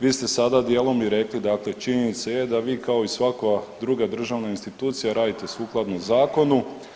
Vi ste sada dijelom i rekli, dakle činjenica je da vi kao i svaka druga državna institucija radite sukladno zakonu.